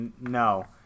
no